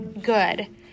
Good